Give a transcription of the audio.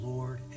Lord